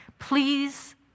Please